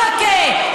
ברכֶּה,